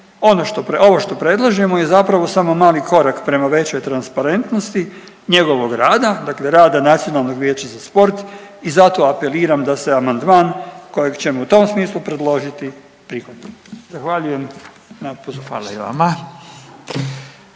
ovo što predlažemo je zapravo samo mali korak prema većoj transparentnosti njegovog rada, dakle rada Nacionalnog vijeća za sport i zato apeliram da se amandman kojeg ćemo u tom smislu predložiti prihvati. Zahvaljujem na pozornosti. **Radin,